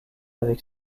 avec